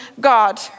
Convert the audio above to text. God